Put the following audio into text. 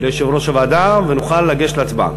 ליושב-ראש הוועדה לסכם ונוכל לגשת להצבעה.